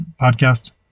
podcast